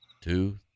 two